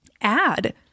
add